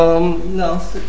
No